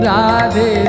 Radhe